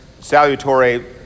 salutary